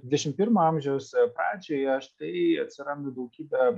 dvidešimt pirmo amžiaus pradžioje štai atsiranda daugybė